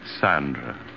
Sandra